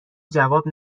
جواب